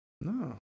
No